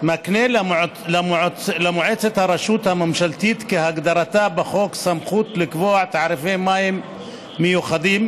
מקנה למועצת הרשות הממשלתית כהגדרתה בחוק סמכות לקבוע תעריפי מים מיוחדים